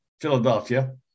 Philadelphia